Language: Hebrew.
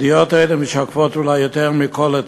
הידיעות האלה משקפות אולי יותר מכול את